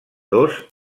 dos